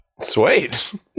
Sweet